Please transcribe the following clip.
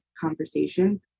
conversation